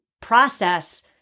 process